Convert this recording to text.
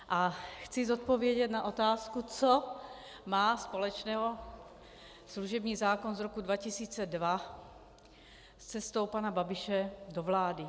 A chci odpovědět na otázku, co má společného služební zákon z roku 2002 s cestou pana Babiše do vlády.